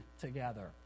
together